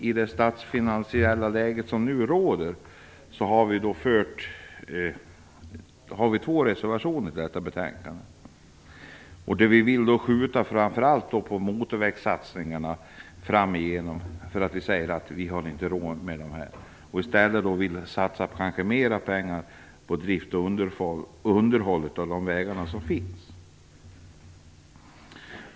I det statsfinansiella läge som nu råder har Västerpartiet två reservationer till detta betänkande. Vi vill framför allt skjuta på motorvägssatsningarna, eftersom vi anser att vi inte har råd med dem. I stället vill vi satsa mer på drift och underhåll av de vägar som finns.